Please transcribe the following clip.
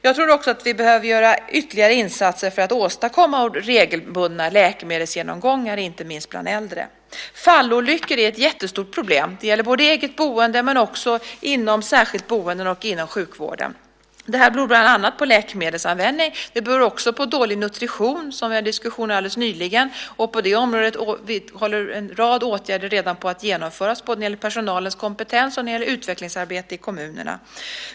Jag tror att vi dessutom behöver göra ytterligare insatser för att åstadkomma regelbundna läkemedelsgenomgångar inte minst bland äldre. Fallolyckor är ett jättestort problem. Det gäller både i eget boende, i särskilt boende och i sjukvården. Det beror bland annat på läkemedelsanvändning. Det beror också på dålig nutrition, som vi hade en diskussion om nyligen, och på det området håller en rad åtgärder på att genomföras. Det gäller både personalens kompetens och utvecklingsarbetet i kommunerna.